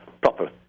proper